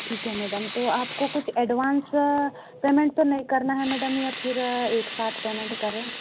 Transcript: ठीक है मैडम तो आपको कुछ एडवांस पेमेंट तो नइ करना हैं मैडम या फिर एक साथ पेमेंट करें